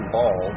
Ball